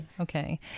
Okay